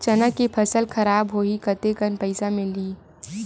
चना के फसल खराब होही कतेकन पईसा मिलही?